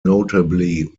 notably